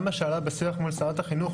גם בשיח מול שרת החינוך,